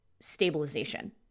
stabilization